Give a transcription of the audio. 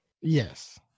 yes